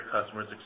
customers